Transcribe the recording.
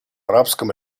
арабском